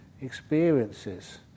experiences